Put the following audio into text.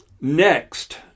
Next